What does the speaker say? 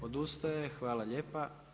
Odustaje, hvala lijepa.